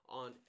on